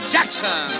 Jackson